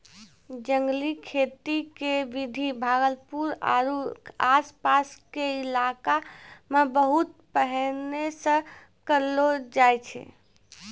जंगली खेती के विधि भागलपुर आरो आस पास के इलाका मॅ बहुत पहिने सॅ करलो जाय छै